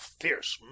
fierce